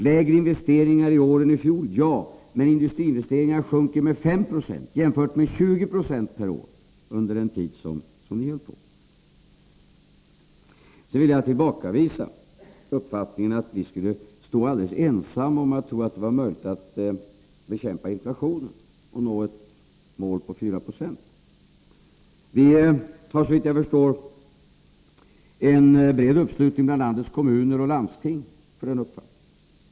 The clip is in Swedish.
Lägre investeringar i år än i fjol — ja, men industriinvesteringarna sjunker med 5 96 jämfört med 20 9 per år under er tid. Sedan vill jag tillbakavisa uppfattningen att vi är alldeles ensamma om tron att det skulle vara möjligt att bekämpa inflationen och nå ett mål på 4 20. Det finns, såvitt jag förstår, en bred uppslutning bland landets kommuner och landsting kring vår mening.